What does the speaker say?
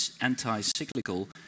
anti-cyclical